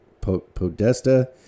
Podesta